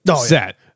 set